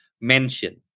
mention